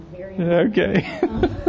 Okay